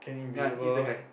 ya he's the guy